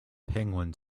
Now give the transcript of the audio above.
penguin